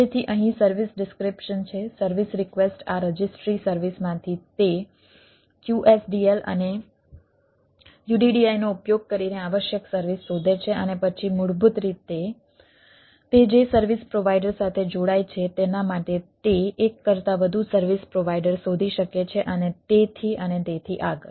તેથી અહીં service description છે સર્વિસ રિક્વેસ્ટ આ રજિસ્ટ્રી સર્વિસમાંથી તે QSDL અને UDDI નો ઉપયોગ કરીને આવશ્યક સર્વિસ શોધે છે અને પછી મૂળભૂત રીતે તે જે સર્વિસ પ્રોવાઈડર સાથે જોડાય છે તેના માટે તે એક કરતાં વધુ સર્વિસ પ્રોવાઈડર શોધી શકે છે અને તેથી અને તેથી આગળ